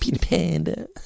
Panda